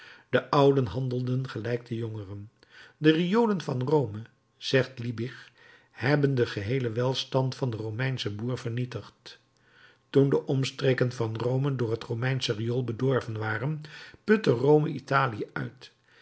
de ouden handelden gelijk de jongeren de riolen van rome zegt liebig hebben den geheelen welstand van den romeinschen boer vernietigd toen de omstreken van rome door het romeinsche riool bedorven waren putte rome italië uit